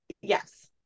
Yes